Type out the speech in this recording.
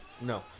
No